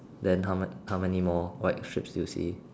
then how how many more white strips do you see